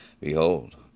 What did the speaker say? Behold